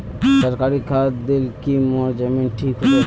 सरकारी खाद दिल की मोर जमीन ठीक होबे?